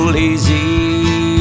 lazy